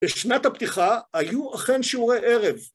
בשנת הפתיחה היו אכן שיעורי ערב.